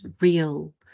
real